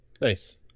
Nice